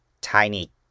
tiny